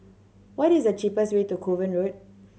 what is the cheapest way to Kovan Road